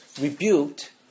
rebuked